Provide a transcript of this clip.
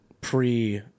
pre